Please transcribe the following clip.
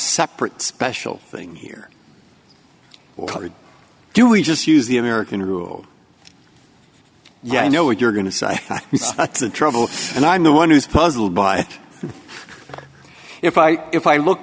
separate special thing here or do we just use the american rule yeah i know what you're going to say that's the trouble and i'm the one who's puzzled by it if i if i look